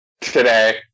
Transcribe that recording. today